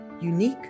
unique